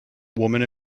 woman